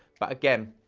but again,